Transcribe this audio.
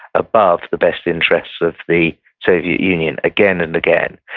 above the best interests of the soviet union again and again,